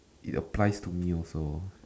it applies to me also